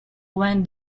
when